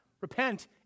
repent